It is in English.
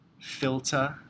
filter